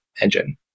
engine